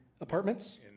apartments